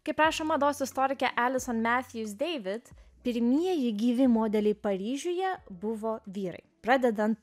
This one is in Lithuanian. kaip rašo mados istorikė alisa mes jūs dėvite pirmieji gyvi modeliai paryžiuje buvo vyrai pradedant